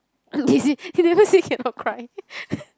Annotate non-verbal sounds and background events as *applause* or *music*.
*laughs* they never say cannot cry *laughs*